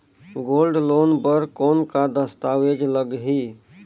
Gold loan बर कौन का दस्तावेज लगही?